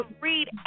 read